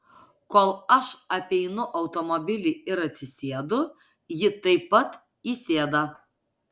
kol aš apeinu automobilį ir atsisėdu ji taip pat įsėda